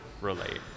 relate